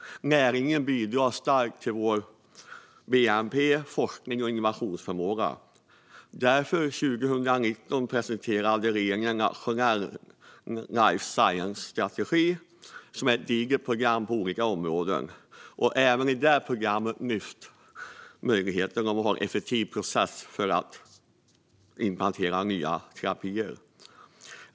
Näringen bidrar starkt till vår bnp och vår forsknings och innovationsförmåga. Därför presenterade regeringen 2019 en nationell life science-strategi i form av ett digert program på olika områden. Även i det programmet lyfts möjligheten att ha en effektiv process för att implementera nya terapier.